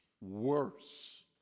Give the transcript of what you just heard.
worse